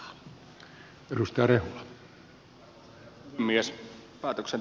arvoisa puhemies